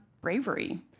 bravery